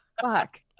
Fuck